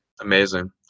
amazing